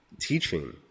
teaching